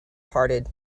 parted